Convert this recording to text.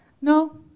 No